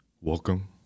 welcome